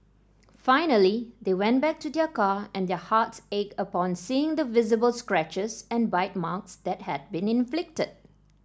finally they went back to their car and their hearts ached upon seeing the visible scratches and bite marks that had been inflicted